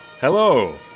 Hello